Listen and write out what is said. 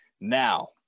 Now